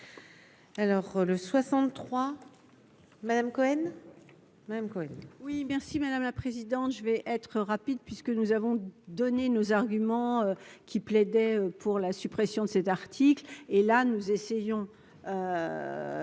Alors le 63 Madame Cohen